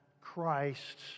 Christ